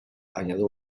añadió